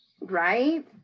Right